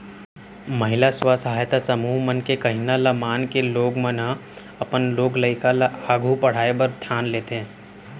महिला स्व सहायता समूह मन के कहिना ल मानके लोगन मन ह अपन लोग लइका ल आघू पढ़ाय बर ठान लेथें